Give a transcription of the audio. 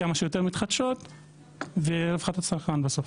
כמה שיותר מתחדשות ורווחת הצרכן בסוף.